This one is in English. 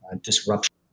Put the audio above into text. disruption